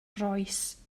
rois